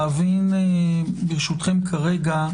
להבין ברשותכם כרגע,